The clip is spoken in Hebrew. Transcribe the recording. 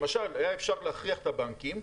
למשל היה אפשר להכריח את הבנקים,